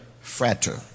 frater